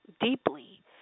deeply